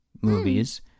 movies